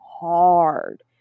hard